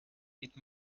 its